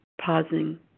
pausing